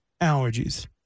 allergies